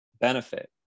benefit